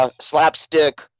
slapstick